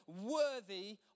worthy